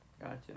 Gotcha